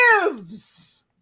lives